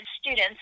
students